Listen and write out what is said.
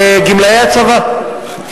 בגמלאי הצבא,